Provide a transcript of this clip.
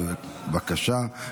בבקשה.